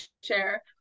share